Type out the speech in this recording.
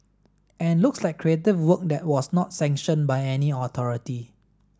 and looks like creative work that was not sanctioned by any authority